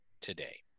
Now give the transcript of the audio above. today